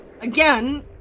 again